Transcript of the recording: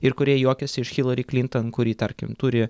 ir kurie juokiasi iš hilary klinton kuri tarkim turi